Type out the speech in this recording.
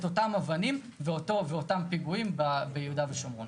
אותן אבנים ואת אותם פיגועים ביהודה ושומרון.